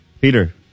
Peter